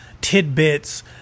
tidbits